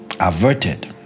averted